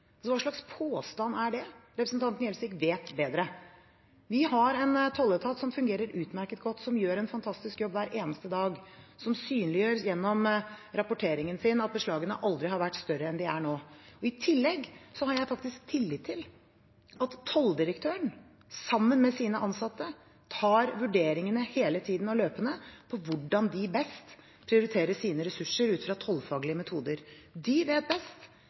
Hva slags påstand er det? Representanten Gjelsvik vet bedre. Vi har en tolletat som fungerer utmerket godt, som gjør en fantastisk jobb hver eneste dag, og som synliggjør gjennom rapporteringen sin at beslagene aldri har vært større enn de er nå. I tillegg har jeg tillit til at tolldirektøren sammen med sine ansatte hele tiden og løpende tar vurderingene om hvordan de best prioriterer sine ressurser ut fra tollfaglige metoder. De vet best,